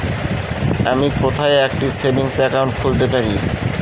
আমি কোথায় একটি সেভিংস অ্যাকাউন্ট খুলতে পারি?